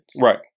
Right